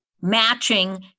matching